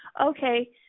okay